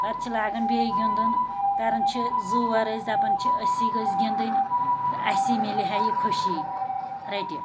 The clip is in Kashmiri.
پَتہٕ چھِ لاگَان بیٚیہِ گِندُن کَران چھِ زور أسۍ دَپان چھِ أسے گٔژھۍ گِنٛدٕنۍ تہٕ اَسیٚے مِیلہاہ یہِ خوٚشی رٔٹِو